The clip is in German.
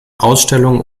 ausstellungen